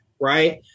Right